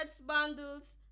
bundles